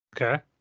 Okay